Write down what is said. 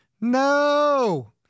No